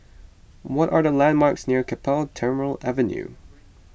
what are the landmarks near Keppel Terminal Avenue